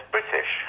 British